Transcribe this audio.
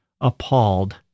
appalled